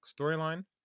storyline